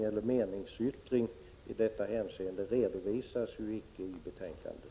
Någon meningsyttring i detta hänseende redovisas ju icke i betänkandet.